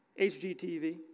HGTV